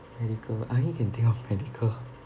medical I only can think of medical